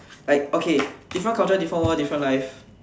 like okay different culture different world different life